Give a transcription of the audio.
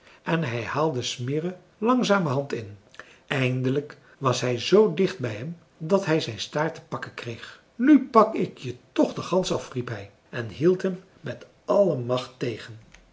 en hij haalde smirre langzamerhand in eindelijk was hij z dicht bij hem dat hij zijn staart te pakken kreeg nu pak ik je toch de gans af riep hij en hield hem met alle macht tegen